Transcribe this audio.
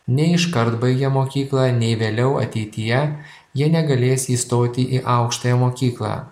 ne iškart baigę mokyklą nei vėliau ateityje jie negalės įstoti į aukštąją mokyklą